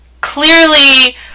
clearly